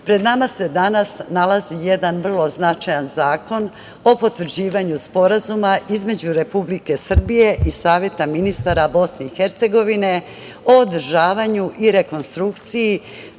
pred nama se danas nalazi jedan vrlo značajan zakon o potvrđivanju Sporazuma između Republike Srbije i Saveta ministara Bosne i Hercegovine o održavanju i rekonstrukciji